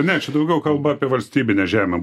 ne čia daugiau kalba apie valstybinę žemę